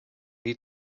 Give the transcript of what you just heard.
die